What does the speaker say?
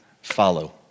follow